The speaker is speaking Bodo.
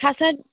थासारि